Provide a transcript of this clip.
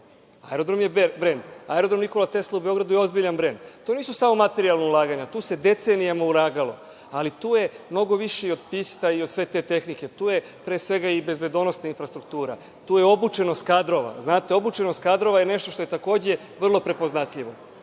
aerodrom je brend. Aerodrom Nikola Tesla u Beogradu je ozbiljan brend. To nisu samo materijalna ulaganja, tu se decenijama ulagalo, ali tu je mnogo više i od pista i od sve te tehnike. Tu je pre svega i bezbednosna infrastruktura. Tu je obučenost kadrova, znate. Obučenost kadrova je nešto što je takođe vrlo prepoznatljivo.